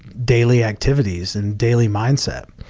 daily activities and daily mindset.